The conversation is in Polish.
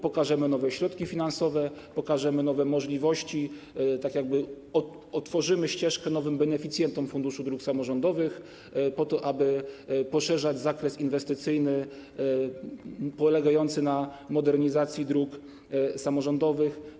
Pokażemy nowe środki finansowe, pokażemy nowe możliwości, otworzymy ścieżkę nowym beneficjentom dróg samorządowych, po to aby poszerzać zakres inwestycyjny polegający na modernizacji dróg samorządowych.